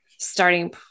starting